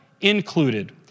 included